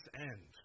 end